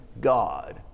God